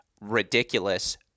Ridiculous